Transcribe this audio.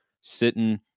sitting